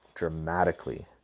dramatically